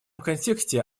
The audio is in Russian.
контексте